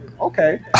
okay